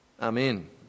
Amen